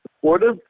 Supportive